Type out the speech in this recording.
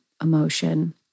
emotion